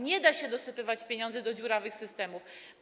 Nie da się dosypywać pieniędzy do dziurawych systemów.